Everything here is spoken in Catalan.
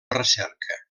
recerca